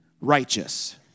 righteous